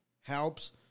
helps